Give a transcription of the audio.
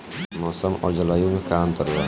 मौसम और जलवायु में का अंतर बा?